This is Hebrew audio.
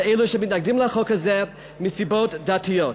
לאלו שמתנגדים לחוק הזה מסיבות דתיות.